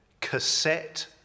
Cassette